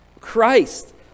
Christ